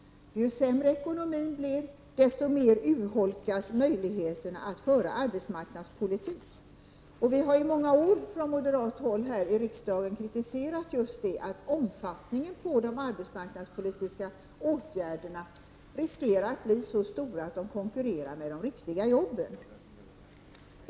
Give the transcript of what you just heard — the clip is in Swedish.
Ju sämre ekonomin är, desto mer urholkas möjligheterna att föra arbetsmarknadspolitik. Vi har i många år från moderat håll här i kammaren kritiserat just detta, att omfattningen av de arbetsmarknadspolitiska åtgärderna riskerar att bli så stor att dessa åtgärder konkurrerar med de riktiga jobben.